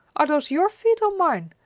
are those your feet or mine?